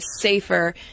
safer